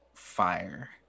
Fire